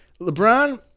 LeBron